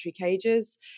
cages